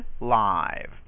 live